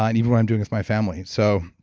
and even what i'm doing with my family. so,